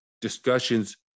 discussions